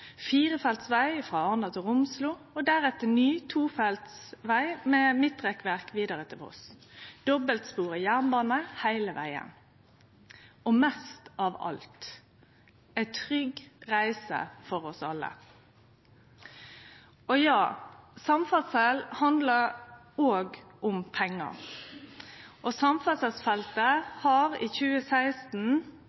firefeltsveg frå Arna til Romslo, og deretter ny tofeltsveg med midtrekkverk vidare til Voss dobbeltspora jernbane heile vegen Men mest av alt: ei trygg reise for oss alle! Og ja, samferdsel handlar òg om pengar. Samferdselsfeltet